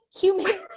human